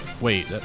Wait